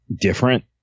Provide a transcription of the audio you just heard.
different